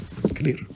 Clear